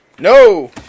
No